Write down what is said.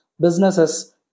businesses